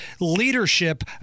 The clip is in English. leadership